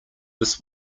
this